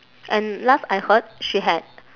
and last I heard she had